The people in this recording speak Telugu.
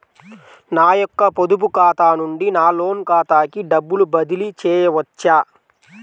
నా యొక్క పొదుపు ఖాతా నుండి నా లోన్ ఖాతాకి డబ్బులు బదిలీ చేయవచ్చా?